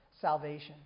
Salvation